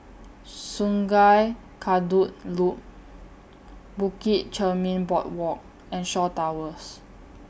Sungei Kadut Loop Bukit Chermin Boardwalk and Shaw Towers